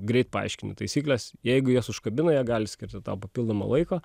greit paaiškini taisykles jeigu jies užkabina jie gali skirti tau papildomo laiko